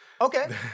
Okay